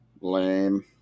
Lame